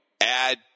add